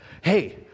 Hey